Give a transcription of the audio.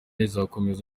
izakomeza